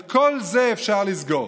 את כל זה אפשר לסגור,